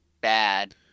bad